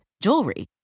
jewelry